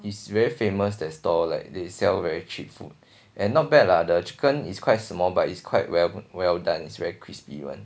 is very famous that store like they sell very cheap food and not bad lah the chicken is quite small but it's quite well well done is very crispy one